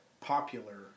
popular